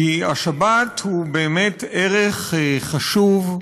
כי השבת היא באמת ערך חשוב,